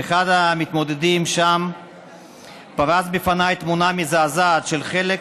ואחד המתמודדים שם פרס בפניי תמונה מזעזעת של חלק